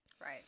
Right